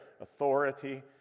authority